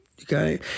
Okay